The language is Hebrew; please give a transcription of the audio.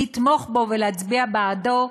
לתמוך בו ולהצביע בעדו,